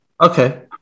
Okay